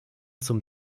zum